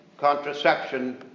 contraception